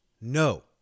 No